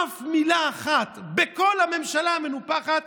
אף מילה אחת בכל ממשלה המנופחת